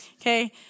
Okay